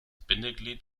bindeglied